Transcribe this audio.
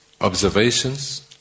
observations